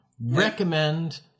Recommend